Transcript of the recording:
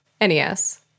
nes